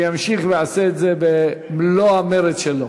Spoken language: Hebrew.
שהוא ימשיך ויעשה את זה במלוא המרץ שלו.